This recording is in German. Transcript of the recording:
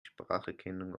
spracherkennung